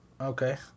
Okay